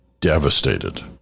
Devastated